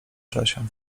czasie